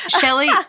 shelly